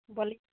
बोलिये